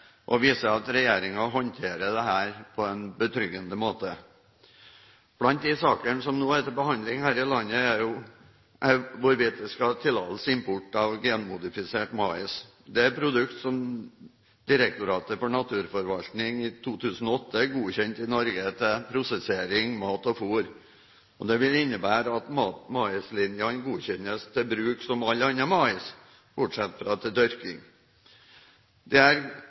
og viser at regjeringen håndterer dette på en betryggende måte. Blant de sakene som nå er til behandling her i landet, er hvorvidt det skal gis tillatelse til import av genmodifisert mais. Det er et produkt som Direktoratet for naturforvaltning i 2008 godkjente i Norge til prosessering, mat og fôr. Dette vil innebære at maislinjene godkjennes til bruk som all annen mais, bortsett fra til dyrking.